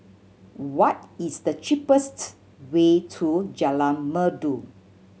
what is the cheapest way to Jalan Merdu